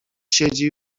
siedzi